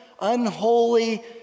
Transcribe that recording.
unholy